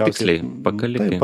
tiksliai pakalikai